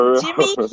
Jimmy